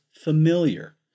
familiar